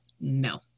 No